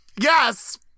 Yes